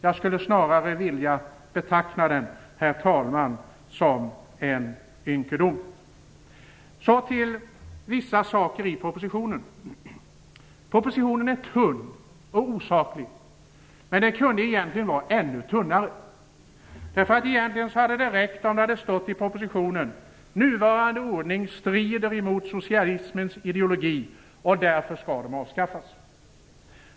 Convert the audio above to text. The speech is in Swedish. Jag skulle snarare vilja betrakta den, herr talman, som en ynkedom. Så till vissa saker i propositionen. Propositionen är tunn och osaklig, men den kunde vara ännu tunnare. Egentligen hade det räckt om det stått: Nuvarande ordning strider emot socialismens ideologi, och därför skall den avskaffas.